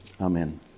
amen